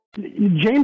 James